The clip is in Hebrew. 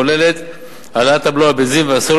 הכוללת העלאת הבלו על הבנזין והסולר